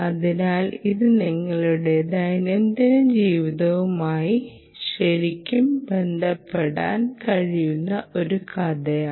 അതിനാൽ ഇത് നിങ്ങളുടെ ദൈനംദിന ജീവിതവുമായി ശരിക്കും ബന്ധപ്പെടാൻ കഴിയുന്ന ഒരു കഥയാണ്